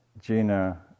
Gina